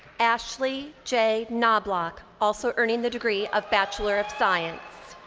ashley j. noblok, also earning the degree of bachelor of science.